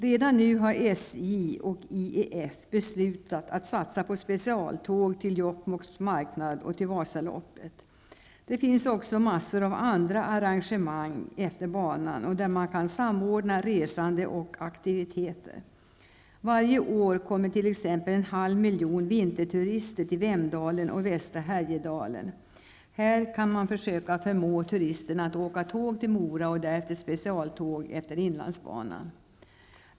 Redan nu har SJ och IEF beslutat att satsa på specialtåg till Jokkmokks marknad och till Vasaloppet. Det finns också massor av andra arrangemang efter banan där man kan samordna resande och aktiviteter. Varje år kommer t.ex. en halv miljon vinterturister till Vemdalen och västra Härjedalen. Här kan man försöka förmå turisterna att åka tåg till Mora och därefter specialtåg efter inlandsbanan.